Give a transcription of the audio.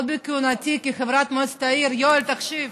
עוד בכהונתי כחברת מועצת העיר, יואל, תקשיב,